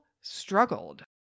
struggled